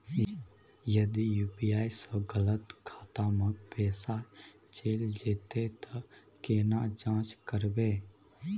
यदि यु.पी.आई स गलत खाता मे पैसा चैल जेतै त केना जाँच करबे?